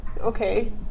okay